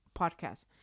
podcast